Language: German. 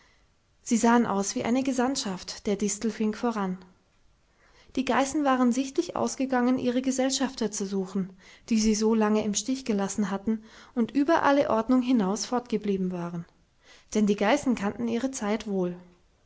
sie sahen aus wie eine gesandtschaft der distelfink voran die geißen waren sichtlich ausgegangen ihre gesellschafter zu suchen die sie so lange im stich gelassen hatten und über alle ordnung hinaus fortgeblieben waren denn die geißen kannten ihre zeit wohl